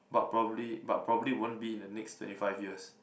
but probably but probably won't be in the next twenty five years